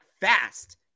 fast